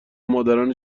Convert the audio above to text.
مادران